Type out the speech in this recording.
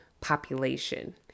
population